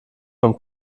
vom